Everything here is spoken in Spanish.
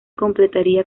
completaría